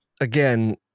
again